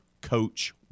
coach